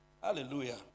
Hallelujah